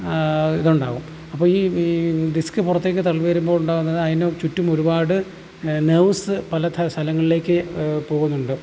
ഇതുണ്ടാവും അപ്പോൾ ഈ ഈ ഡിസ്ക് പുറത്തേക്ക് തള്ളി വരുമ്പോൾ ഉണ്ടാകുന്നത് അതിന് ചുറ്റും ഒരുപാട് നെർവ്സ് പല സ്ഥലങ്ങളിലേക്ക് പോകുന്നുണ്ട്